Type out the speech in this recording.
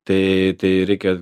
tai tai reikia